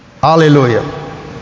Hallelujah